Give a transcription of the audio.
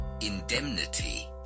indemnity